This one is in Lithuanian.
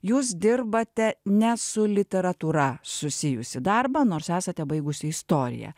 jūs dirbate ne su literatūra susijusį darbą nors esate baigusi istoriją